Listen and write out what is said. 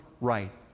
right